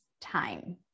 time